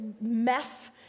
mess